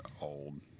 Old